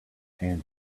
and